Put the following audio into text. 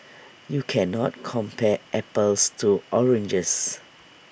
you can not compare apples to oranges